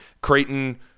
Creighton –